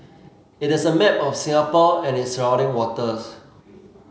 it is a map of Singapore and its surrounding waters